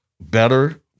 better